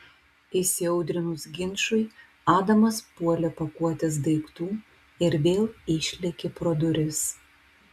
įsiaudrinus ginčui adamas puolė pakuotis daiktų ir vėl išlėkė pro duris